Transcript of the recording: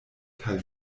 kaj